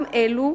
גם אלו,